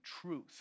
truth